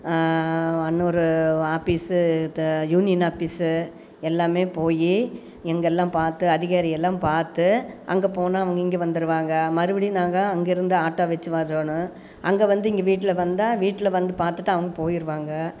இன்னொரு office union office எல்லாமே போய் எங்கெல்லாம் பார்த்து அதிகாரிக்கெல்லாம் பார்த்து அங்கே போனால் அவங்க இங்கே வந்திருவாங்க மறுபடியும் நாங்கள் அங்கேருந்து ஆட்டோ வச்சு வரணும் அங்கே வந்து இங்கே வீட்டில வந்தால் வீட்டில வந்து பார்த்துட்டு அவங்க போயிடுவாங்க